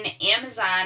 Amazon